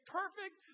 perfect